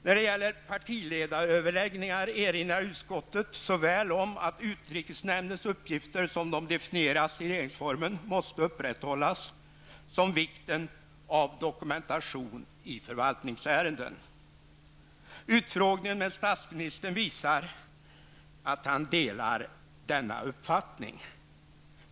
När det gäller partiledaröverläggningar erinrar utskottet såväl om att utrikesnämndens uppgifter, såsom de definierats i regeringsformen, måste upprätthållas som om vikten av dokumentation i förvaltningsärenden. Utfrågningen med statsministern visar att han delar denna uppfattning.